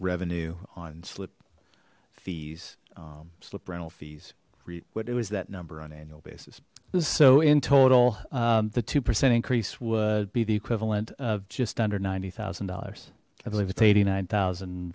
revenue on slip fees slip rental fees what it was that number on annual basis so in total the two percent increase would be the equivalent of just under ninety thousand dollars i believe it's eighty nine thousand